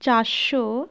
চারশো